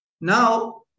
Now